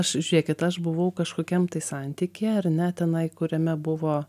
aš žiūrėkit aš buvau kažkokiam tai santyky ar net tenai kuriame buvo